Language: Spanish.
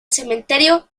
cementerio